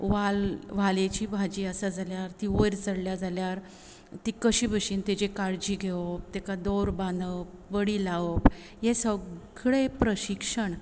वाल वालेची भाजी आसा जाल्यार ती वयर चडल्या जाल्यार ती कशी भाशेन ताजी काळजी घेवप ताका दोर बांदप बडी लावप हे सगळें प्रशिक्षण